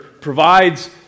provides